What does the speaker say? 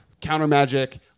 counter-magic